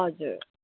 हजुर